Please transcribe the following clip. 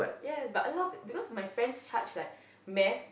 yeah but a lot of p~ because my friends charge like math